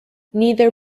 neither